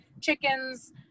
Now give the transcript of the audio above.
chickens